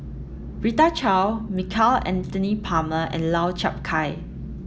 Rita Chao Michael Anthony Palmer and Lau Chiap Khai